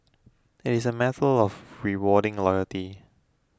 it is a matter of rewarding loyalty